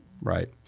right